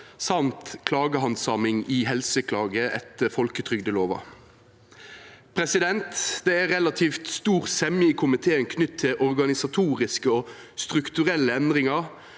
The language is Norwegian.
klagehandsaming i Helseklage etter folketrygdlova. Det er relativt stor semje i komiteen knytt til organisatoriske og strukturelle endringar,